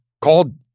called